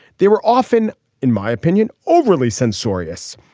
they were often in my opinion overly censorious.